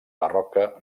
barroca